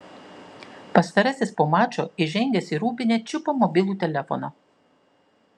pastarasis po mačo įžengęs į rūbinę čiupo mobilų telefoną